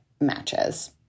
matches